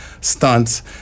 stunts